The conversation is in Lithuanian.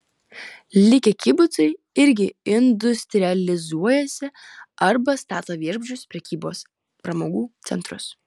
likę kibucai irgi industrializuojasi arba stato viešbučius prekybos pramogų centrus